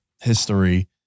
history